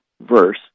verse